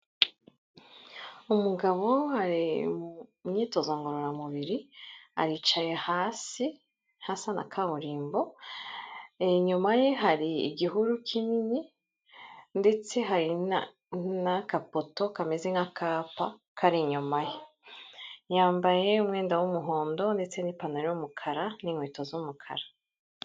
Umugabo ari mu myitozo ngororamubiri aricaye hasi hasa na kaburimbo. Inyuma ye hari igihuru kinini ndetse hari n'akapoto kameze nk'akapa kari inyuma ye. Yambaye umwenda w'umuhondo ndetse n'ipantaro y'umukara n'inkweto z'umukara.